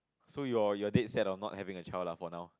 so you're you're dead set on not having a child lah for now